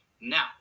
Now